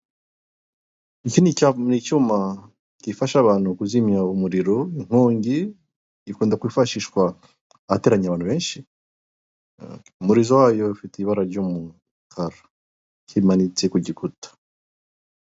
Iki ni icyuma gifasha abantu kuzimya umuriro, inkongi, gikunda kwifashishwa ahateraniye abantu benshi, umurizo wayo ufite ibara ry'umukara, kimanitse ku gikuta.